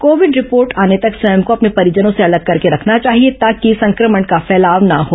Covid report आने तक स्वयं को अपने परिजनों से अलग करके रखना चाहिए ताकि संक्रमण का फैलाव न हो